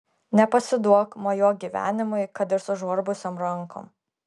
nepasiduok mojuok gyvenimui kad ir sužvarbusiom rankom